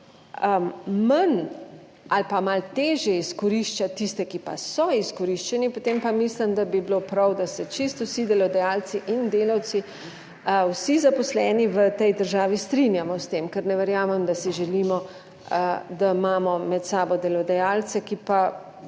manj ali pa malo težje izkoriščati tiste, ki pa so izkoriščeni, potem pa mislim, da bi bilo prav, da se čisto vsi delodajalci in delavci, vsi zaposleni v tej državi strinjamo s tem, ker ne verjamem, da si želimo, da imamo med sabo delodajalce, ki pa